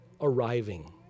arriving